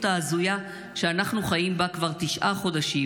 ההזויה שאנחנו חיים בה כבר תשעה חודשים.